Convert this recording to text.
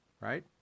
right